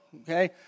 okay